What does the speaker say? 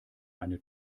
eine